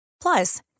Plus